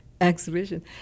exhibition